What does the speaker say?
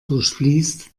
durchfließt